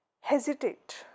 hesitate